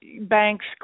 banks